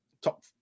top